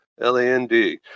L-A-N-D